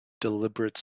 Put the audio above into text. deliberate